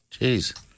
Jeez